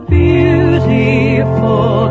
beautiful